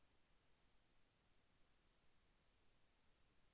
బ్యాంకింగ్లో అర్దికేతర సేవలు ఏమిటీ?